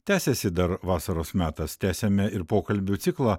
tęsiasi dar vasaros metas tęsiame ir pokalbių ciklą